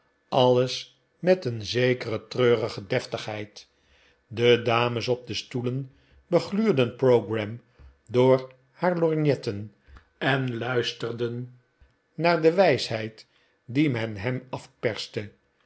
alles met een zekere treurige deftigheid de dames op de stoelen begluurden pogram door haar lorgnetten en luisterden naar de wijsheid die men hem